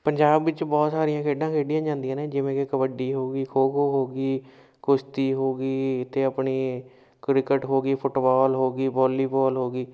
ਪੰਜਾਬ ਵਿੱਚ ਬਹੁਤ ਸਾਰੀਆਂ ਖੇਡਾਂ ਖੇਡੀਆਂ ਜਾਂਦੀਆਂ ਨੇ ਜਿਵੇਂ ਕਿ ਕਬੱਡੀ ਹੋ ਗਈ ਖੋ ਖੋ ਹੋ ਗਈ ਕੁਸ਼ਤੀ ਹੋ ਗਈ ਅਤੇ ਆਪਣੀ ਕ੍ਰਿਕਟ ਹੋ ਗਈ ਫੁੱਟਬਾਲ ਹੋ ਗਈ ਵਾਲੀਬੋਲ ਹੋ ਗਈ